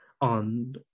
on